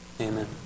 Amen